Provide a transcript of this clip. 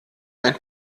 einen